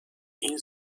این